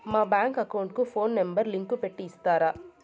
మా bank account కు phone number link పెట్టి ఇస్తారా?